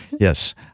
Yes